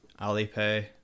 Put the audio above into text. Alipay